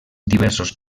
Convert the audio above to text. diversos